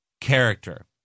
character